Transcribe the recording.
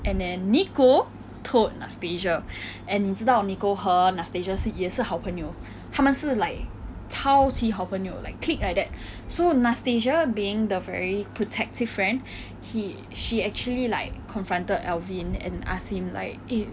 and then nicole told anastasia and 你知道 nicole 和 anastasia 是也是好朋友他们是 like 超级好朋友 like clique like that so anastasia being the very protective friend he she actually like confronted alvin and ask him like eh